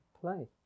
play